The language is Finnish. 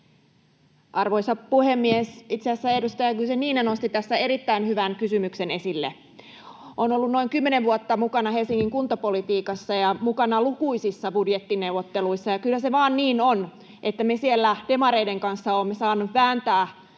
Arvoisa puhemies! Itse asiassa edustaja Guzenina nosti tässä erittäin hyvän kysymyksen esille. Olen ollut noin kymmenen vuotta mukana Helsingin kuntapolitiikassa ja mukana lukuisissa budjettineuvotteluissa, ja kyllä se vain niin on, että me siellä demareiden kanssa olemme saaneet vääntää